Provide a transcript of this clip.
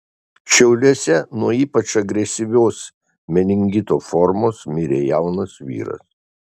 šiauliuose nuo ypač agresyvios meningito formos mirė jaunas vyras